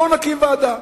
בואו נקים ועדה.